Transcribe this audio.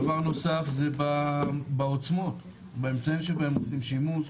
דבר נוסף זה בעוצמות, באמצעים שבהם עושים שימוש.